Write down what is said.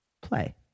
play